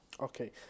Okay